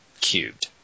cubed